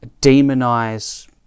demonize